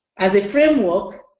as a framework,